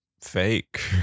fake